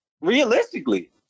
Realistically